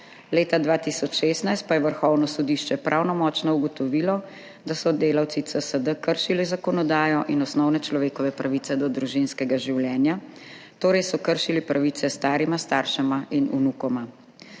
Leta 2016 pa je Vrhovno sodišče pravnomočno ugotovilo, da so delavci CSD kršili zakonodajo in osnovne človekove pravice do družinskega življenja, torej so kršili pravice starima staršema in vnukoma.